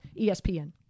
ESPN